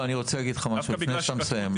אני רוצה להגיד לך משהו לפני שאתה מסיים,